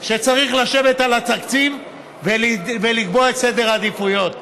שצריך לשבת על התקציב ולקבוע את סדר העדיפויות,